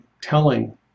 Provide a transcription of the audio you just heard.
telling